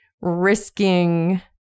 risking